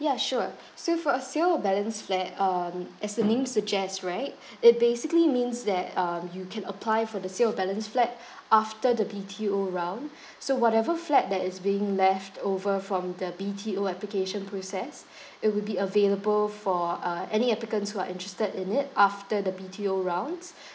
ya sure so for a sale of balance flat um as the name suggests right it basically means that um you can apply for the sale of balance flat after the B_T_O round so whatever flat that is being left over from the B_T_O application process it would be available for uh any applicants who are interested in it after the B_T_O rounds